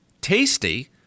tasty